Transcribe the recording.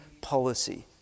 policy